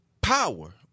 power